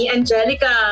Angelica